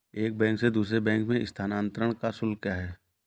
एक बैंक से दूसरे बैंक में स्थानांतरण का शुल्क क्या है?